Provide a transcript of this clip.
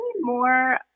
more